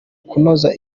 kunoza